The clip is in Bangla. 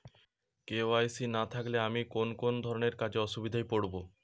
কে.ওয়াই.সি না থাকলে আমি কোন কোন ধরনের কাজে অসুবিধায় পড়ব?